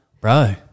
Bro